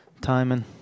Timing